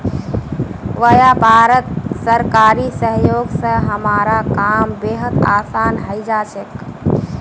व्यापारत सरकारी सहयोग स हमारा काम बेहद आसान हइ जा छेक